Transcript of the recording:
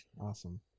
Awesome